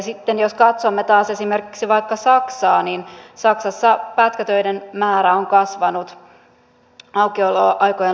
sitten jos katsomme taas esimerkiksi vaikka saksaa niin saksassa pätkätöiden määrä on kasvanut aukioloaikojen laajentumisien myötä